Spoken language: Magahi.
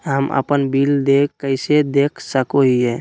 हम अपन बिल देय कैसे देख सको हियै?